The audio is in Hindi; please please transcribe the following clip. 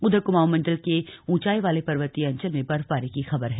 उधर कुमाऊं मंडल के ऊंचाई वाले पर्वतीय अंचल में बर्फबारी की खबर है